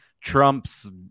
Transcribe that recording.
Trump's